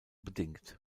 bedingt